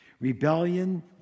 Rebellion